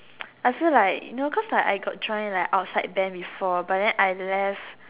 I feel like you know cause like I got join like outside band before but then I left